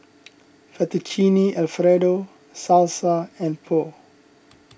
Fettuccine Alfredo Salsa and Pho